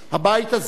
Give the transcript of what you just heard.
הבית הזה,